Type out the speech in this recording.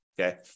Okay